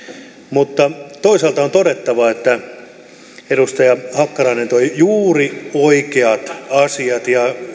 mutta toisaalta on todettava että edustaja hakkarainen toi juuri oikeat asiat